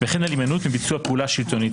וכן על הימנעות מביצוע פעולה שלטונית.